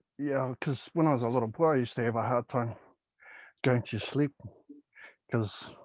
yeah, cause when i was a little boy, i used to have a hard time going to sleep cause